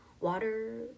water